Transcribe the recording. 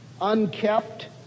unkept